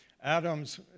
Adam's